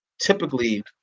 typically